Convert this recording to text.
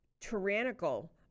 tyrannical